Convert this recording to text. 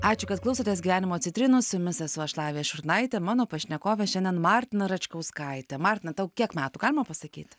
ačiū kad klausotės gyvenimo citrinų su jumis esu aš lavija šurnaitė ir mano pašnekovė šiandien martina račkauskaitė martina tau kiek metų galima pasakyt